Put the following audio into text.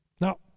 Now